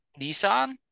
Nissan